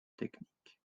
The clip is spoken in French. technique